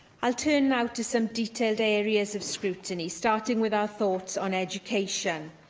i'll turn now to some detailed areas of scrutiny, starting with our thoughts on education.